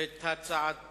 את הצעת